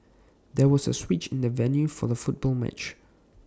there was A switch in the venue for the football match